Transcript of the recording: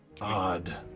odd